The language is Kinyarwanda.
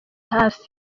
hafi